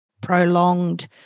prolonged